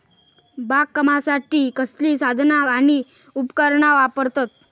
बागकामासाठी कसली साधना आणि उपकरणा वापरतत?